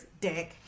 dick